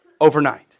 overnight